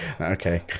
okay